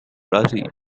brazil